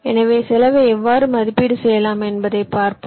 எனவே செலவை எவ்வாறு மதிப்பீடு செய்யலாம் என்பதைப் பார்ப்போம்